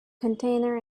container